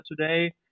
today